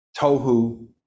tohu